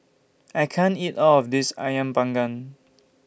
I can't eat All of This Ayam Panggang